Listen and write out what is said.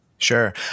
Sure